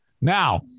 now